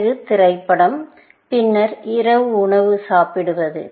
பிறகு திரைப்படம் பின்னர் இரவு உணவு சாப்பிடுவது